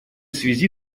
связи